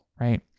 right